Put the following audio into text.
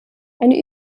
eine